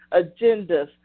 agendas